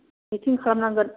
मिथिं खालाम नांगोन